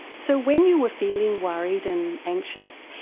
so when you were feeling worried and anxious,